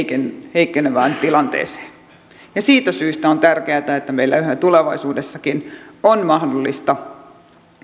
heikkenevään tilanteeseen ja siitä syystä on tärkeätä että meillä yhä tulevaisuudessakin on mahdollista